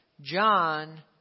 John